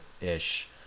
ish